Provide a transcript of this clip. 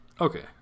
Okay